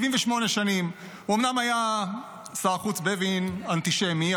שר החוץ בווין אומנם היה אנטישמי,